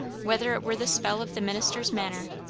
whether it were the spell of the minister's manner,